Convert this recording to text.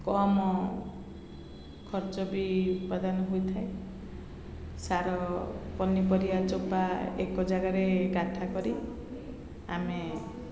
କମ୍ ଖର୍ଚ୍ଚ ବି ଉତ୍ପାଦାନ ହୋଇଥାଏ ସାର ପନିପରିବା ଚୋପା ଏକ ଜାଗାରେ କାଠା କରି ଆମେ